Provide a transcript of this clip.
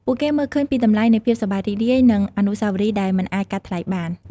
ពួកគេមើលឃើញពីតម្លៃនៃភាពសប្បាយរីករាយ និងអនុស្សាវរីយ៍ដែលមិនអាចកាត់ថ្លៃបាន។